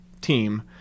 team